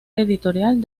editorial